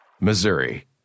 Missouri